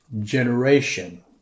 generation